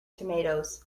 tomatoes